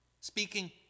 speaking